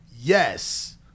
Yes